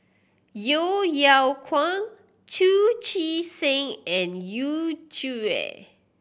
Yeo Yeow Kwang Chu Chee Seng and Yu Zhuye